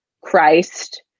Christ